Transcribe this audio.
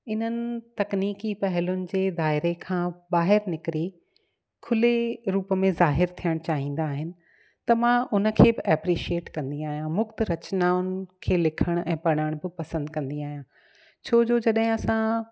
इन्हनि तकनीकी पहिलुनि जे दाइरे खां ॿाहिरि निकिरी खुले रूप में ज़ाहिर थियण चाहींदा आहिनि त मां उन खे बि एप्रिशिएट कंदी आहियां मुक्त रचिनाऊं खे लिखण ऐं पढ़ण बि पसंदि कंदी आहियां छोजो जॾहिं असां